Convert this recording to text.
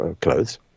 clothes